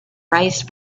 raised